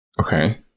Okay